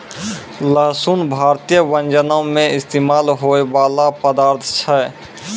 लहसुन भारतीय व्यंजनो मे इस्तेमाल होय बाला पदार्थ छै